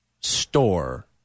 store